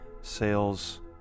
Sales